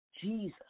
Jesus